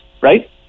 right